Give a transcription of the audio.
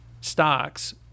stocks